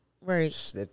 Right